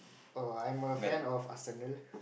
oh I'm a fan of Arsenal